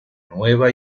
nueva